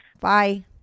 bye